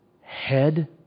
head